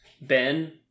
Ben